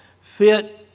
fit